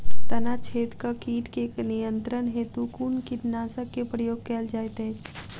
तना छेदक कीट केँ नियंत्रण हेतु कुन कीटनासक केँ प्रयोग कैल जाइत अछि?